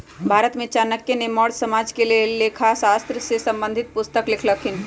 भारत में चाणक्य ने मौर्ज साम्राज्य के लेल लेखा शास्त्र से संबंधित पुस्तक लिखलखिन्ह